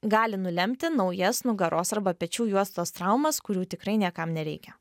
gali nulemti naujas nugaros arba pečių juostos traumas kurių tikrai niekam nereikia